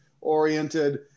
oriented